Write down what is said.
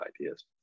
ideas